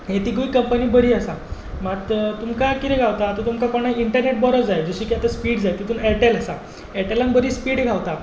हे तिगूय कंपनी बरी आसा मात तुमकां कितें गावता तुमकां आतां इंटरनॅट बरो जाय जशें स्पीड जाय तितून एयरटॅल आसा एयरटलाक बरी स्पीड गावता